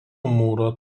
mūro